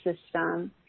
system